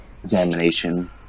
Examination